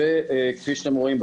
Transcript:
כפי שאתם רואים,